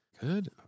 Good